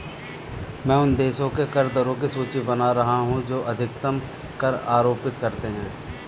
मैं उन देशों के कर दरों की सूची बना रहा हूं जो अधिकतम कर आरोपित करते हैं